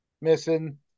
missing